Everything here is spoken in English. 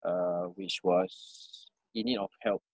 uh which was in need of help